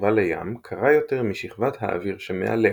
הקרובה לים קרה יותר משכבת האוויר שמעליה,